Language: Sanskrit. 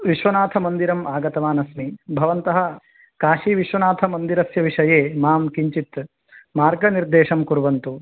विश्वनाथमन्दिरम् आगतवान् अस्मि भवन्तः काशी विश्वनाथमन्दिरस्य विषये मां किञ्चित् मार्गनिर्देशं कुर्वन्तु